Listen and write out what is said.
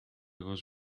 was